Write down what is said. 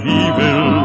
evil